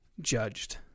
judged